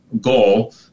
goal